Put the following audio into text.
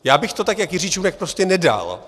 Já bych to tak jak Jiří Čunek prostě nedal.